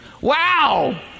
Wow